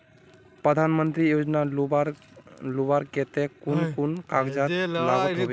प्रधानमंत्री योजना लुबार केते कुन कुन कागज लागोहो होबे?